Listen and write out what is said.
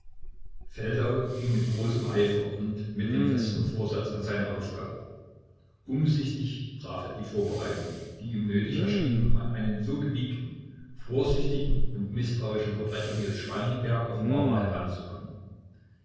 feldau ging mit großem eifer und mit dem festen vorsatz an seine aufgabe umsichtig traf er die vorbereitungen die ihm nötig erschienen um an einen so gewiegten vorsichtigen und mißtrauischen verbrecher wie es spangenberg offenbar war heranzukommen